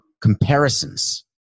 comparisons